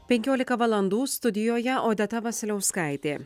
penkiolika valandų studijoje odeta vasiliauskaitė